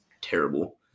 terrible